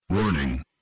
Warning